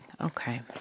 Okay